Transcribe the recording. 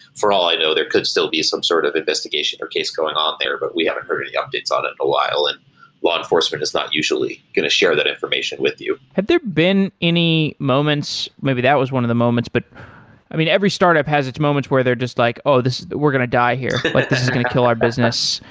for all i know there could still be some sort of investigation or case going on there, but we haven't heard any updates on it a while. and law enforcement is not usually going to share that information with you have there been any moments maybe that was one of the moments, but i mean, every startup has its moments where they're just like, we're going to die here. this is going to kill our business.